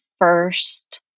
First